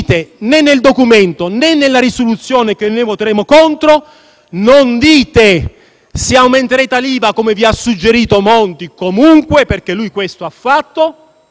non avete un progetto, non avete un'anima. Il vostro contratto è un matrimonio di interessi a spese della collettività italiana.